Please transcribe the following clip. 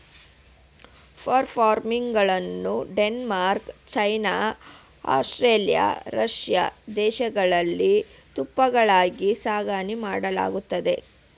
fur ಫಾರ್ಮಿಂಗನ್ನು Denmark, China, Australia, Russia ದೇಶಗಳಲ್ಲಿ ತುಪ್ಪಳಕ್ಕಾಗಿ ಸಾಕಣೆ ಮಾಡಲಾಗತ್ತದೆ